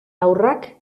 haurrak